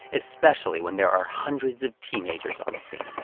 especially when there are hundreds of teenagers on the scene.